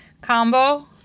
combo